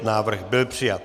Návrh byl přijat.